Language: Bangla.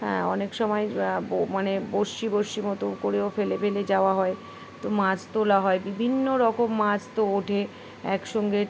হ্যাঁ অনেক সময় মানে বড়শি বড়শি মতো করেও ফেলে ফেলে যাওয়া হয় তো মাছ তোলা হয় বিভিন্ন রকম মাছ তো ওঠে একসঙ্গে